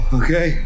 okay